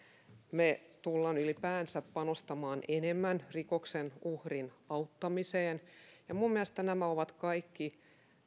me tulemme ylipäänsä panostamaan enemmän rikoksen uhrin auttamiseen minun mielestäni nämä ovat kaikki